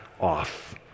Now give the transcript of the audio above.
off